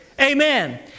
Amen